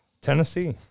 Tennessee